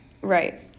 Right